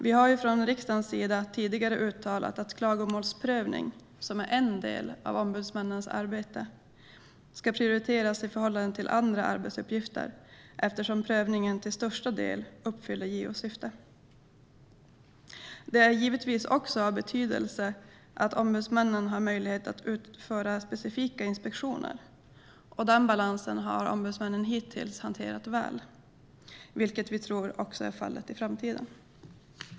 Vi har ju från riksdagens sida tidigare uttalat att klagomålsprövning, som är en del av ombudsmännens arbete, ska prioriteras i förhållande till andra arbetsuppgifter eftersom prövningen till största del uppfyller JO:s syfte. Det är givetvis också av betydelse att ombudsmännen har möjlighet att utföra specifika inspektioner. Den balansen har ombudsmännen hittills hanterat väl, vilket vi tror också blir fallet i framtiden.